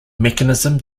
mechanism